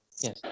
yes